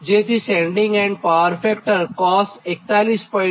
અને sending end power factor cos 41